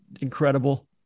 incredible